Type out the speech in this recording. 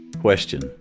question